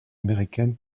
américaine